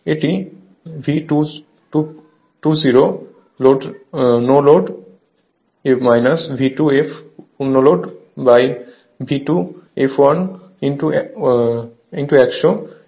এটি V20 low load V2fl পূর্ণ লোডV2 fl 100 এই ভাবে ভোল্টেজ রেগুলেশন করা হয়